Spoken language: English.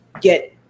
get